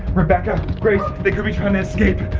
rebecca grace, they could be trying to escape.